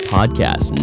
Podcast